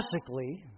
classically